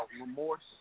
Remorse